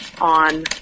on